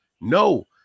no